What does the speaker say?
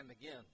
again